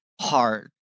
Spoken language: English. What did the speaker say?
hard